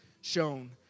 shown